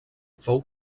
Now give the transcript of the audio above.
fou